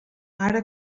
ara